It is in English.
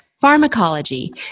pharmacology